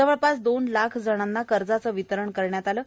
जवळपास दोन लाख जणांना कर्जांचे वितरण करण्यात आले आहे